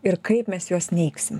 ir kaip mes juos neigsim